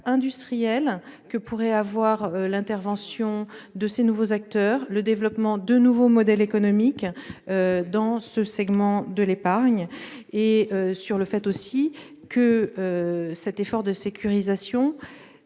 industriels que pourraient engendrer l'intervention de ces nouveaux acteurs et le développement de nouveaux modèles économiques dans les segments de l'épargne et sur le fait que cet effort de sécurisation